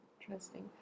interesting